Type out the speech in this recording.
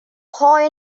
high